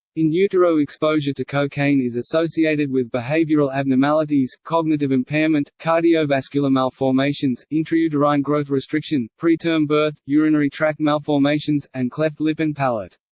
yeah in-utero exposure to cocaine is associated with behavioral abnormalities, cognitive impairment, cardiovascular malformations, intrauterine growth restriction, preterm birth, urinary tract malformations, and cleft lip and palate.